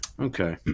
Okay